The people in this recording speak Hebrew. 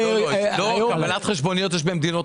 קבלת חשבוניות יש במדינות